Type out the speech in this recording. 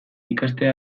ikastea